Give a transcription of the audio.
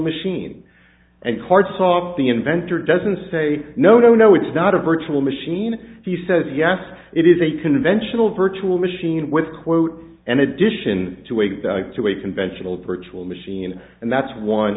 machine and cards off the inventor doesn't say no no no it's not a virtual machine he says yes it is a conventional virtual machine with quote an addition to a to a conventional virtual machine and that's one